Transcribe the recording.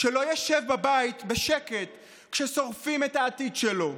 שלא יושב בבית בשקט כששורפים את העתיד שלו,